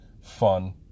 fun